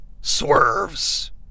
swerves